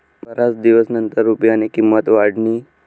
बराच दिवसनंतर रुपयानी किंमत वाढनी